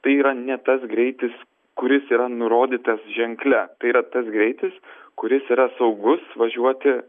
tai yra ne tas greitis kuris yra nurodytas ženkle tai yra tas greitis kuris yra saugus važiuoti